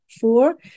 Four